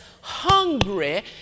hungry